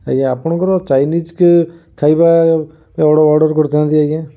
ଆଜ୍ଞା ଆପଣଙ୍କର ଚାଇନିଜ କି ଖାଇବା ଅର୍ଡ଼ର ଅର୍ଡ଼ର କରିଥାନ୍ତି ଆଜ୍ଞା